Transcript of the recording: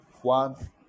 One